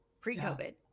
Pre-COVID